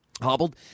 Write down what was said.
Hobbled